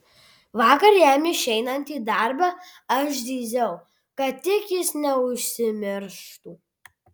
vakar jam išeinant į darbą aš zyziau kad tik jis neužsimirštų